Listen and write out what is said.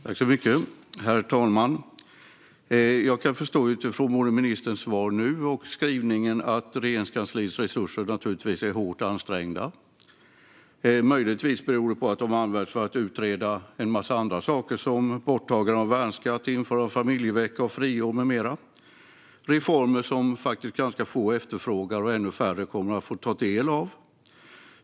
Herr talman! Jag kan utifrån ministerns svar förstå att Regeringskansliets resurser är hårt ansträngda. Möjligtvis beror det på att de används för att utreda en massa andra saker, som borttagande av värnskatt, införande av familjevecka och friår med mera. Det är reformer som ganska få efterfrågar och ännu färre kommer att få ta del av.